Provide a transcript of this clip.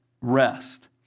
rest